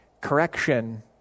Correction